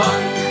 One